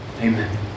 Amen